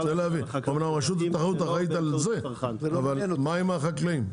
רשות התחרות אחראית על זה, אבל מה עם החקלאים?